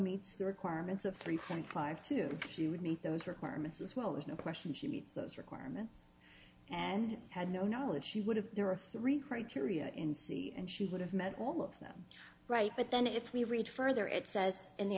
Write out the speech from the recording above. meets the requirements of three point five two she would meet those requirements as well there's no question she meets those requirements and had no knowledge she would have there were three criteria in c and she would have met all of them right but then if we read further it says in the